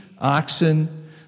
oxen